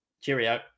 Cheerio